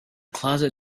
closet